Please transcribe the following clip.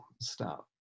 stop